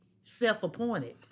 self-appointed